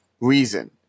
reason